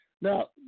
Now